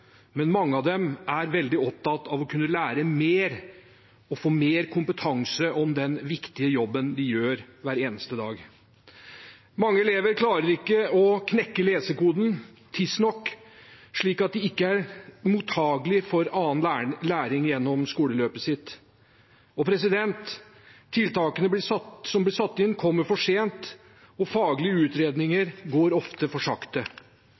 men mange av dem er veldig opptatt av å kunne lære mer og få mer kompetanse i den viktige jobben de gjør hver eneste dag. Mange elever klarer ikke å knekke lesekoden tidsnok og blir ikke mottakelige for annen læring gjennom skoleløpet sitt. Tiltakene som blir satt inn, kommer for sent, og faglige utredninger går ofte for sakte.